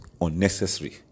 unnecessary